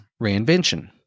reinvention